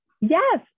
Yes